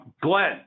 Glenn